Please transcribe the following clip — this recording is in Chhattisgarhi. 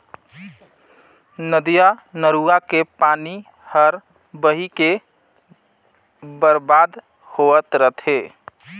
नदिया नरूवा के पानी हर बही के बरबाद होवत रथे